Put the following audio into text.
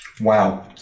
Wow